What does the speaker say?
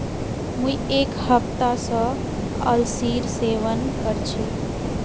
मुई एक हफ्ता स अलसीर सेवन कर छि